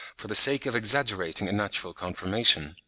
for the sake of exaggerating a natural conformation.